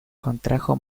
contrajo